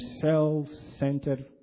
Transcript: self-centered